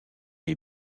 les